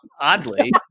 oddly